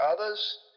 others